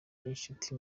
inshuti